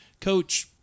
Coach